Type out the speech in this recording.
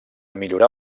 millorar